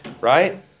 right